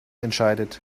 entscheidet